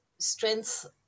strength